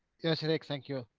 rick. thank you.